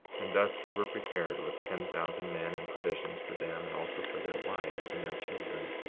and thus we were prepared with ten thousand men, and provisions for them, and also for their wives and their children.